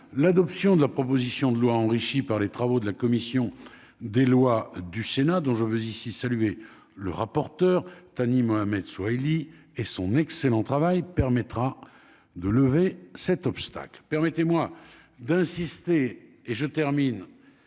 l'adoption de la proposition de loi, enrichi par les travaux de la commission des lois du Sénat dont je veux ici saluer le rapporteur Thani Mohamed Soihili et son excellent travail permettra de lever cet obstacle, permettez-moi d'insister, et je termine